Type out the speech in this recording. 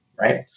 right